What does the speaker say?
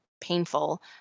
painful